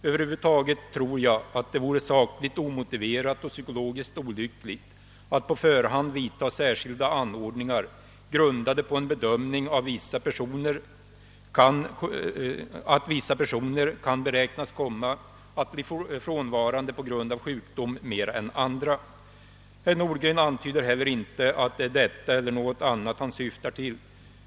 Över huvud taget tror jag att det vore sakligt omotiverat och psykologiskt olyckligt att på förhand vidta särskilda anordningar grundade på en bedömning att vissa personer kan beräknas komma att bli frånvarande på grund av sjukdom mer än andra. Herr Nordgren antyder heller inte om det är detta eller något annat han syftar till.